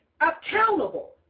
accountable